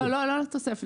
לא התוספת.